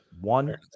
One